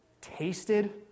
tasted